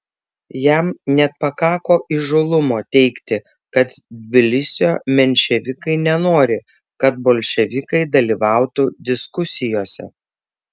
jam net pakako įžūlumo teigti kad tbilisio menševikai nenori kad bolševikai dalyvautų diskusijose